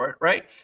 Right